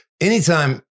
Anytime